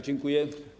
Dziękuję.